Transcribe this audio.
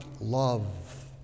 love